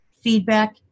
feedback